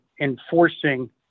enforcing